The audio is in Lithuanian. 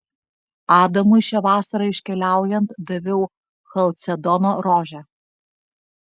adamui šią vasarą iškeliaujant daviau chalcedono rožę